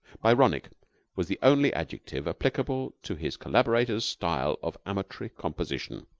byronic was the only adjective applicable to his collaborator's style of amatory composition.